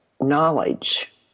knowledge